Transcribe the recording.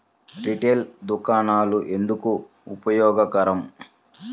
Retail దుకాణాలు ఎందుకు ఉపయోగకరం?